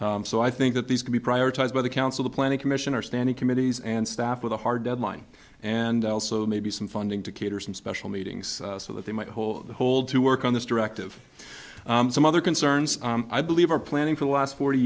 so i think that these can be prioritized by the council planning commission or standing committees and staff with a hard deadline and also maybe some funding to cater some special meetings so that they might hold hold to work on this directive some other concerns i believe are planning for the last forty